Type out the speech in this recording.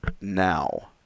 now